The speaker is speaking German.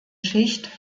schicht